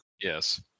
Yes